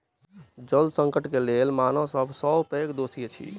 जल संकटक लेल मानव सब सॅ पैघ दोषी अछि